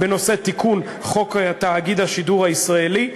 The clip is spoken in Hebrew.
בנושא תיקון חוק השידור הישראלי,